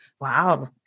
Wow